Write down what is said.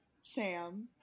Sam